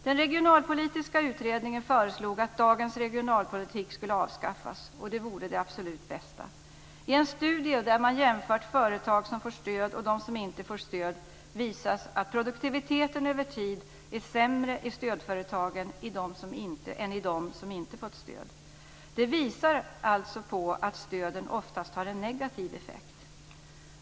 Den regionalpolitiska utredningen föreslog att dagens regionalpolitik skulle avskaffas, och det vore det absolut bästa. I en studie där man jämfört företag som får stöd och dem som inte får stöd visas att produktiviteten över tiden är sämre i stödföretagen än i dem som inte fått stöd. Det visar på att stöden oftast har en negativ effekt.